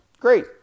great